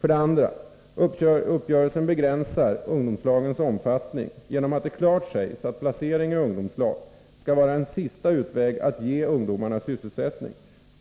2. Uppgörelsen begränsar ungdomslagens omfattning genom att det klart sägs att placering i ungdomslag skall vara en sista utväg att ge ungdomarna sysselsättning.